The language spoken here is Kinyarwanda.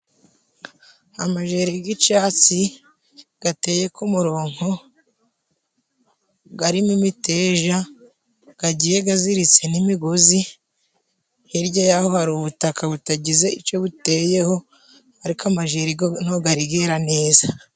Amajeri y'icyatsi ateye k'umuronko, arimo imiteja, agiye aziritse n'imigozi ,hirya y'aho hari ubutaka butagize icyo buteyeho ariko amajeri yo ntabwo yari yera neza.